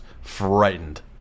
frightened